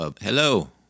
Hello